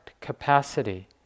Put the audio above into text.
capacity